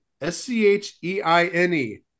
S-C-H-E-I-N-E